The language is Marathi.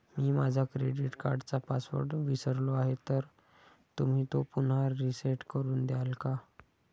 मी माझा क्रेडिट कार्डचा पासवर्ड विसरलो आहे तर तुम्ही तो पुन्हा रीसेट करून द्याल का?